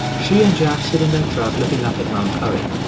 she and jack sit in their truck looking up at mount currie.